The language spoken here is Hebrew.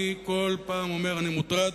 כל פעם אני אומר שאני מוטרד